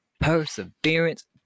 Perseverance